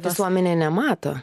visuomenė nemato